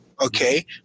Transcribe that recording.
okay